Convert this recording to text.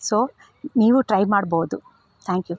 so ನೀವು try ಮಾಡ್ಬೋದು thank you